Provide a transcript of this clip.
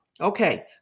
Okay